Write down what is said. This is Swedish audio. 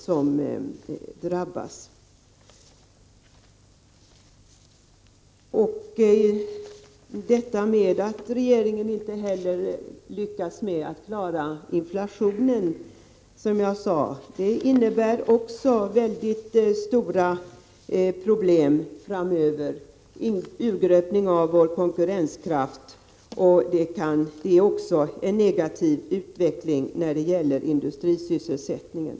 Som jag sade har regeringen inte heller lyckats klara inflationen. Också det innebär mycket stora problem framöver. Vi får en urgröpning av vår konkurrenskraft och därmed en negativ utveckling för industrisysselsättningen.